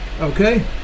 Okay